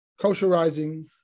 kosherizing